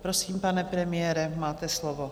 Prosím, pane premiére, máte slovo.